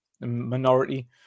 minority